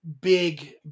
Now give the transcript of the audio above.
big